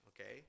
Okay